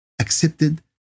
accepted